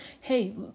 hey